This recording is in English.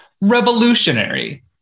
revolutionary